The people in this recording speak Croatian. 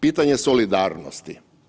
Pitanje solidarnosti.